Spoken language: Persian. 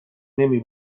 نمی